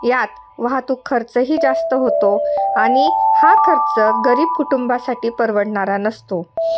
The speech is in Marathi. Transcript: यात वाहतूक खर्चही जास्त होतो आणि हा खर्च गरीब कुटुंबासाठी परवडणारा नसतो